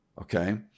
Okay